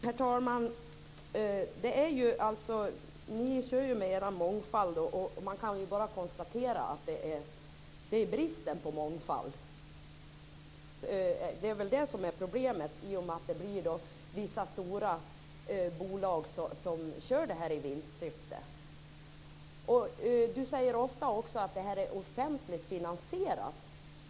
Herr talman! Ni kör med er mångfald. Man kan bara konstatera att det väl är bristen på mångfald som är problemet i och med att det blir vissa stora bolag som kör det här i vinstsyfte. Kerstin Heinemann säger också ofta att det här är offentligt finansierat.